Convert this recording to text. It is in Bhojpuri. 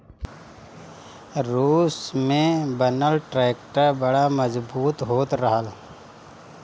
रूस में बनल ट्रैक्टर बड़ा मजबूत होत रहल